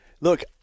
Look